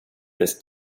this